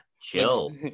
chill